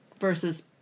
versus